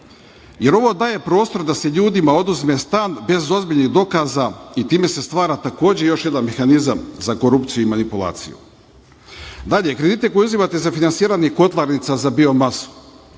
Jer ovo daje prostor da se ljudima oduzme stan, bez ozbiljnih dokaza i time se stvara takođe još jedan mehanizam za korupciju i manipulaciju. Dalje, krediti koje uzimate za finansiranje kotlarnica za biomasu